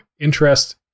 interest